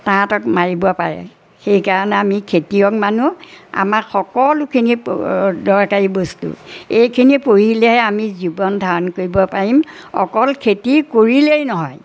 তাহাঁতক মাৰিব পাৰে সেইকাৰণে আমি খেতিয়ক মানুহ আমাৰ সকলোখিনি দৰকাৰী বস্তু এইখিনি পোহিলেহে আমি জীৱন ধাৰণ কৰিব পাৰিম অকল খেতি কৰিলেই নহয়